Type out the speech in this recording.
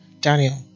Daniel